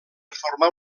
formar